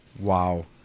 wow